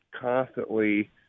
constantly